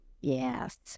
Yes